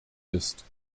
ist